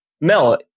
Mel